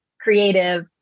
creative